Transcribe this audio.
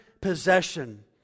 possession